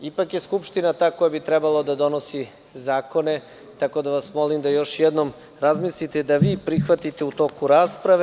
Ipak je Skupština ta koja bi trebala da donosi zakone, tako da vas molim da još jednom razmislite i da vi prihvatite u toku rasprave.